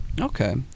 okay